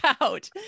out